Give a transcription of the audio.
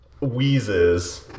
wheezes